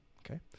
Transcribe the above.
Okay